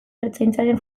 ertzaintzaren